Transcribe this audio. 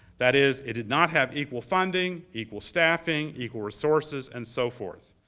that is, it did not have equal funding, equal staffing, equal resources, and so forth.